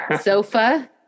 Sofa